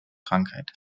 krankheit